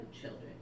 children